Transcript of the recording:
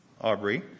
Aubrey